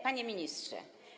Panie Ministrze!